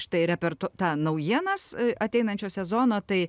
štai repert tą naujienas ateinančio sezono tai